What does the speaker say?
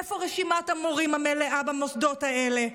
איפה רשימת המורים המלאה במוסדות האלה?